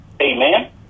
Amen